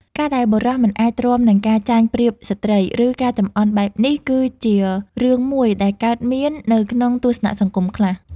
ការដែលបុរសមិនអាចទ្រាំនឹងការចាញ់ប្រៀបស្ត្រី ឬការចំអន់បែបនេះ គឺជារឿងមួយដែលកើតមាននៅក្នុងទស្សនៈសង្គមខ្លះ។